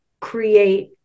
create